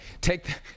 Take